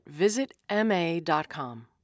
VisitMA.com